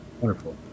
wonderful